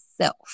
self